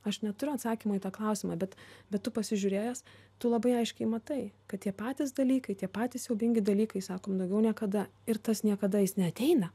aš neturiu atsakymo į tą klausimą bet bet tu pasižiūrėjęs tu labai aiškiai matai kad tie patys dalykai tie patys siaubingi dalykai sakom daugiau niekada ir tas niekada jis neateina